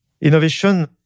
Innovation